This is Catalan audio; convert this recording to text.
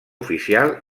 oficial